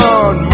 on